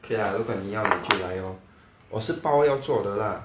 okay lah 如果你要你就来 lor 我是包要做的 lah